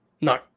No